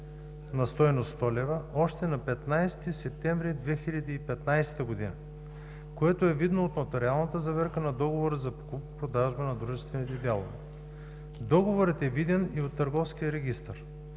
100 лв. още на 15 септември 2015 г., което е видно от нотариалната заверка на Договора за покупко-продажба на дружествените дялове. Договорът е виден и от Търговския регистър.